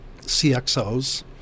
CXOs